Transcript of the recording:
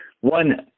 one